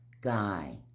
Guy